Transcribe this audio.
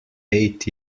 eight